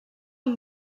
amb